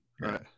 right